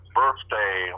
birthday